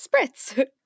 Spritz